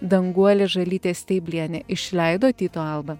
danguolė žalytė steiblienė išleido tyto alba